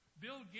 Bill